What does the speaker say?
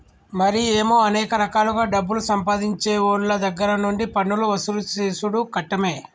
మరి ఏమో అనేక రకాలుగా డబ్బులు సంపాదించేవోళ్ళ దగ్గర నుండి పన్నులు వసూలు సేసుడు కట్టమే